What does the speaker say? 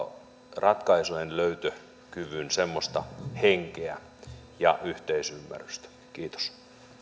ratkaisujenlöytökyvyn henkeä ja yhteisymmärrystä kiitos